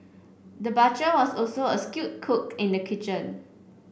the butcher was also a skilled cook in the kitchen